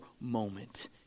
moment